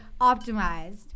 optimized